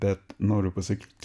bet noriu pasakyt